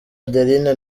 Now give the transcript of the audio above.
adeline